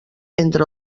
entre